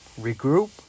regroup